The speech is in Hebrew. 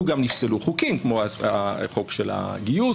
גם נפסלו חוקים כמו החוק של הגיוס,